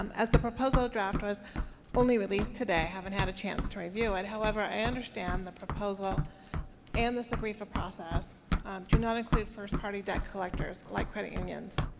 um as the proposal draft was only released today, i haven't had a chance to review it. however, i understand the proposal and the sbrefa process do not include first-party debt collectors, like credit unions.